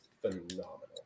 phenomenal